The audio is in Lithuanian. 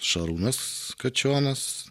šarūnas kačionas